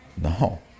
No